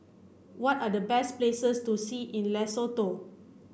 what are the best places to see in Lesotho